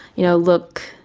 you know look,